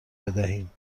بدهیم